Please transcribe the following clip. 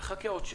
נחכה עוד.